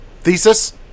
Thesis